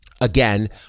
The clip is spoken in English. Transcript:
Again